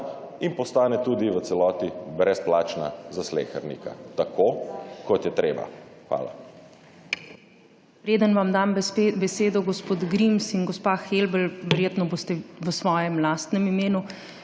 in postane tudi v celoti brezplačna za slehernika, tako, kot je treba. Hvala.